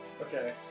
Okay